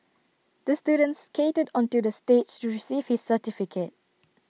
the student skated onto the stage to receive his certificate